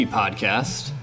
podcast